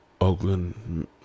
Oakland